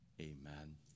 amen